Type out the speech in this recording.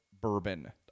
Bourbon